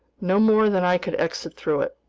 no more than i could exit through it.